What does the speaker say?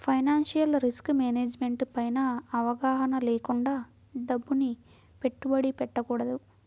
financial risk management పైన అవగాహన లేకుండా డబ్బుని పెట్టుబడి పెట్టకూడదు